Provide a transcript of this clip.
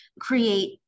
create